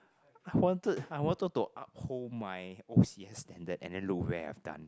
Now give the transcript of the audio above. I wanted I wanted to uphold my O_C_S standard and then look where I've done